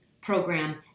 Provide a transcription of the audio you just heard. program